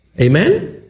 Amen